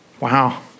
Wow